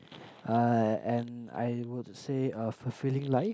ah and I would say a fulfilling life